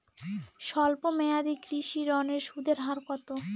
স্বল্প মেয়াদী কৃষি ঋণের সুদের হার কত?